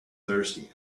thirsty